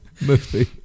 movie